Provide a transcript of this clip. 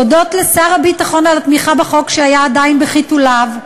תודות לשר הביטחון על התמיכה בחוק כשהיה עדיין בחיתוליו,